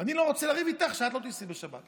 ואני לא רוצה לריב איתך שאת לא תיסעי בשבת.